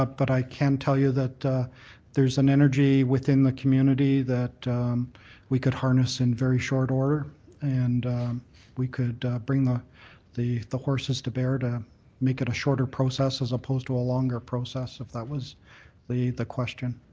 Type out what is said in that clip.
ah but i can tell you that there's an energy within the community that we could harness in very short order and we could bring the the horses to bear to make it a shorter process as opposed to a longer process if that was the the question.